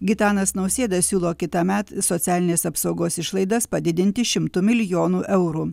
gitanas nausėda siūlo kitąmet socialinės apsaugos išlaidas padidinti šimtu milijonų eurų